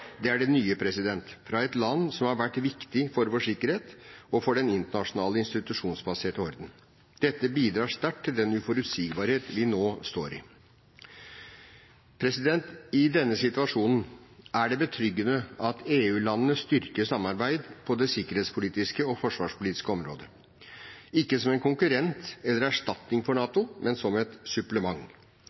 Det er det nye fra et land som har vært viktig for vår sikkerhet og for den internasjonale institusjonsbaserte orden. Dette bidrar sterkt til den uforutsigbarhet vi nå står i. I denne situasjonen er det betryggende at EU-landene styrker samarbeidet på det sikkerhetspolitiske og forsvarspolitiske området, ikke som en konkurrent eller erstatning for NATO, men som et supplement.